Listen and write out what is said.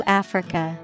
africa